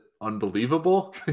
unbelievable